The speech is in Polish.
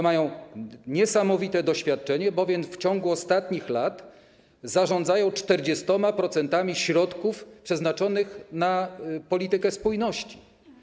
Mają one niesamowite doświadczenie, bowiem w ciągu ostatnich lat zarządzały 40% środków przeznaczonych na politykę spójności.